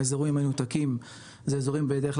האזורים המנותקים זה אזורים בדרך כלל